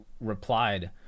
replied